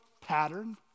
pattern